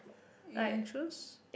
you can choose